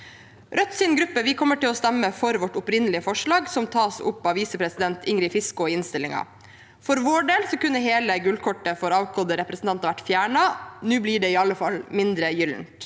Rødts gruppe kommer til å stemme for vårt opprinnelige forslag, som tas opp av femte visepresident Ingrid Fiskaa i innstillingen. For vår del kunne hele gullkortet for avgåtte representanter vært fjernet. Nå blir det i alle fall mindre gyllent.